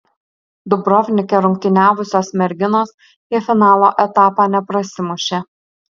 dubrovnike rungtyniavusios merginos į finalo etapą neprasimušė